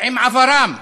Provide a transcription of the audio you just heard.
ועם עברם,